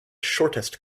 shortest